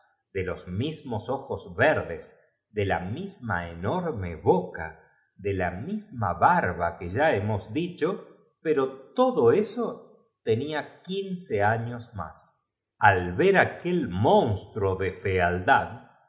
de los mismos ojos solemne unos calzones iguales unas boverdes de la misma enorme boca de la titas preciosas tan bien lustradas y tan misma barba que ya hemos dicho pero ajustadas que parecían pintadas lo único todo eso tenía quince años más que lo echaba un poco á perder era aque al ver aquel monstruo de fealdad